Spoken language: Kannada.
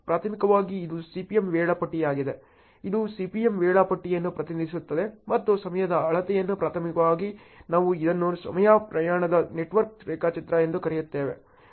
ಪ್ರಾಥಮಿಕವಾಗಿ ಇದು CPM ವೇಳಾಪಟ್ಟಿಯಾಗಿದೆ ಇದು CPM ವೇಳಾಪಟ್ಟಿಯನ್ನು ಪ್ರತಿನಿಧಿಸುತ್ತದೆ ಮತ್ತು ಸಮಯದ ಅಳತೆಯನ್ನು ಪ್ರಾಥಮಿಕವಾಗಿ ನಾವು ಇದನ್ನು ಸಮಯ ಪ್ರಮಾಣದ ನೆಟ್ವರ್ಕ್ ರೇಖಾಚಿತ್ರ ಎಂದು ಕರೆಯುತ್ತೇವೆ